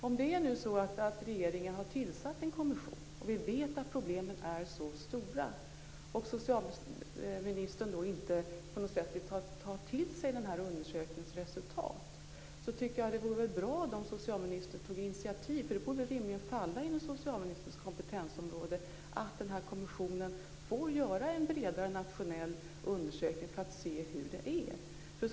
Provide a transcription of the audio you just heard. Om det nu är så att regeringen har tillsatt en kommission och vi vet att problemen är mycket stora men socialministern inte på något sätt vill ta till sig undersökningens resultat tycker jag att det vore bra om socialministern tog initiativ här. Det borde rimligen falla under socialministerns kompetensområde att kommissionen får göra en bredare nationell undersökning för att se hur det är.